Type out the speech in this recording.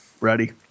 Ready